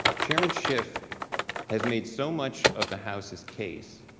chairman schiff has made so much of the houses case